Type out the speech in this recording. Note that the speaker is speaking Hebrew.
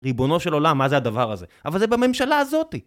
ריבונו של עולם, מה זה הדבר הזה? אבל זה בממשלה הזאתי!